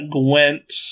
Gwent